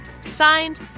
Signed